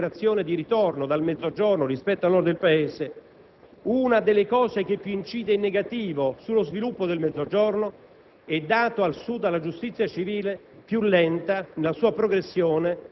la SVIMEZ annuncia che assieme a questa drammatica emigrazione di ritorno dal Mezzogiorno, rispetto al Nord del Paese, uno degli aspetti che più incide in negativo sullo sviluppo del Mezzogiorno